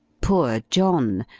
poor john,